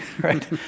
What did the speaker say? right